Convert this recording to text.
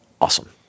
awesome